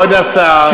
כבוד השר,